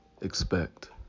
expect